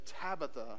Tabitha